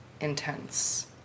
intense